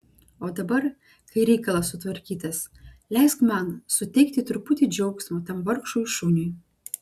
o dabar kai reikalas sutvarkytas leisk man suteikti truputį džiaugsmo tam vargšui šuniui